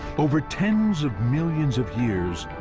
over tens of millions of years,